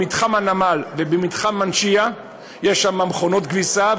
במתחם הנמל ובמתחם מנשיה יש מכונות כביסה,